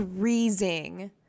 freezing